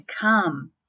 come